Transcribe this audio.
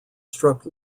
struck